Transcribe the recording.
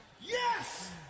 Yes